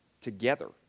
Together